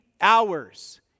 hours